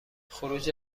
خروج